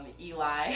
Eli